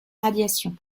radiations